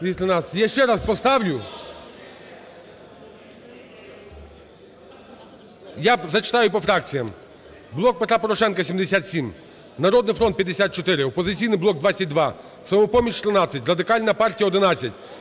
Я ще раз поставлю. Я зачитаю по фракціям. "Блок Петра Порошенка" – 77, "Народний фронт" – 54, "Опозиційний блок" – 22, "Самопоміч" – 13, Радикальна партія – 11,